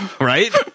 Right